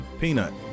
Peanut